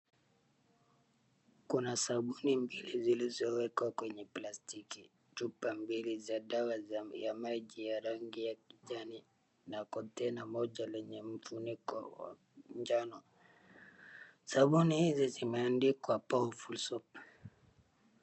Kuna sabuni mbili zilizowekwa kwenye plastiki. Chupa mbili za dawa ya maji ya rangi ya kijani na container moja lenye mfuniko jwa ano. Sabuni hizi zimeandikwa powerful soap .